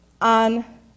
on